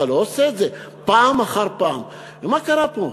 אתה לא עושה את זה, פעם אחר פעם, מה קרה פה?